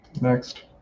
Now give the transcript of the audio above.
next